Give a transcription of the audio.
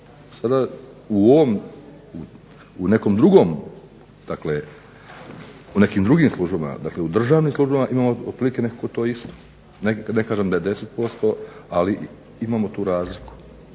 Sada u nekom drugim službama, dakle u državnim službama imamo otprilike nekako to isto. Ne kažem da je 10%, ali imamo tu razliku.